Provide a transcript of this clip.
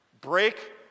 Break